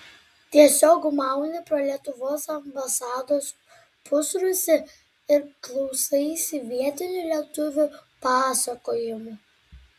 tiesiog mauni pro lietuvos ambasados pusrūsį ir klausaisi vietinių lietuvių pasakojimų